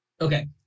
Okay